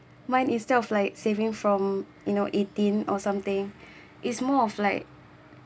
mine instead of like savings from you know eighteen or someday it's more of like